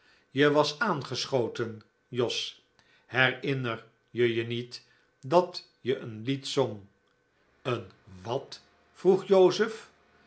je was aangeschoten jos herinner je je niet dat je een lied zong een wat vroeg joseph